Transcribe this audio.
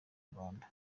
rwanda